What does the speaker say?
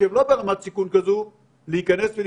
מצד שני אם נסתכל בזווית הזו אז בואו